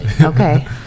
Okay